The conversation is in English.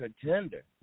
contender